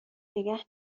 نگه